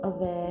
aware